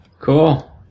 Cool